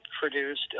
produced